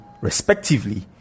respectively